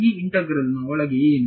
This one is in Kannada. ಗೆ ಮತ್ತು ಈ ಇಂತೆಗ್ರಲ್ ನ ಒಳಗೆ ಏನು